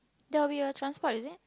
there will be a transport is it